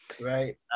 Right